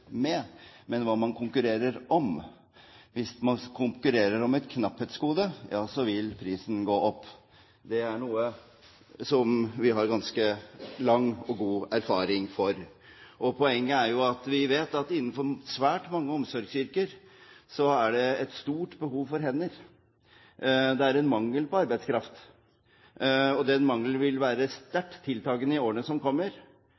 med, men hva man konkurrerer om. Hvis man konkurrerer om et knapphetsgode, ja, så vil prisen gå opp. Det er noe vi har ganske lang og god erfaring for. Poenget er at vi vet at i svært mange omsorgsyrker er det et stort behov for hender. Det er en mangel på arbeidskraft, og den mangelen vil vært sterkt tiltagende i årene som kommer. Det betyr at det vil være